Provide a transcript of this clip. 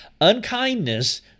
Unkindness